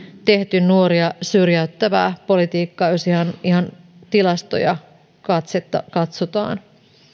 tehty nuoria syrjäyttävää politiikkaa jos ihan tilastoja katsotaan